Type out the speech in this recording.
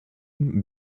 album